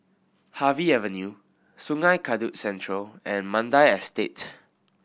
Harvey Avenue Sungei Kadut Central and Mandai Estate